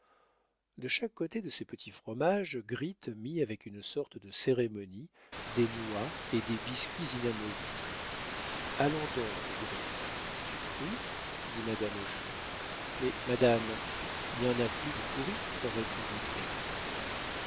de chaque côté de ces petits fromages gritte mit avec une sorte de cérémonie des noix et des biscuits inamovibles allons donc gritte du fruit dit madame hochon mais madame n'y en a plus de pourri répondit